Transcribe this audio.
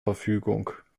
verfügung